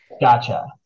Gotcha